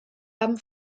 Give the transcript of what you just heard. haben